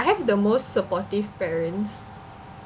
I have the most supportive parents